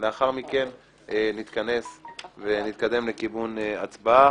לאחר מכן נתכנס ונתקדם לכיוון הצבעה.